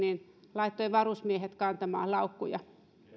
kun se laittoi varusmiehet kantamaan laukkuja